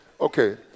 Okay